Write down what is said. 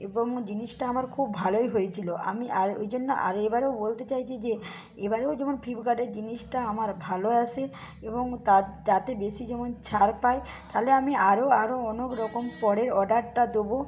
এবং জিনিসটা আমার খুব ভালোই হয়েছিলো আমি আর ওই জন্য আর এবারেও বলতে চাইছি যে এবারেও যেমন ফ্লিপকার্টের জিনিসটা আমার ভালো আসে এবং তার যাতে বেশি যেমন ছাড় পাই তাহলে আমি আরও আরও অনেক রকম পরের অর্ডারটা দেবো